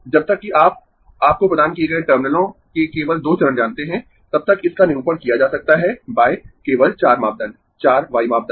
जब तक कि आप आपको प्रदान किए गए टर्मिनलों के केवल दो चरण जानते है तब तक इसका निरूपण किया जा सकता है केवल चार मापदंड चार y मापदंड